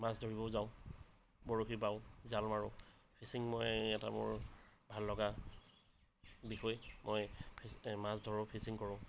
মাছ ধৰিবও যাওঁ বৰশী বাওঁ জাল মাৰো ফিছিং মই এটা বৰ ভাল লগা বিষয় মই মাছ ধৰোঁ ফিছিং কৰোঁ